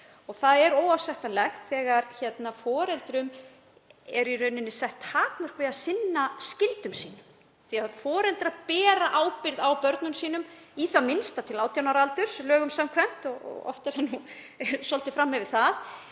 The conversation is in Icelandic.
Það er óásættanlegt þegar foreldrum eru í rauninni sett takmörk við að sinna skyldum sínum. Foreldrar bera ábyrgð á börnum sínum, í það minnsta til 18 ára aldurs lögum samkvæmt og oft svolítið fram yfir það,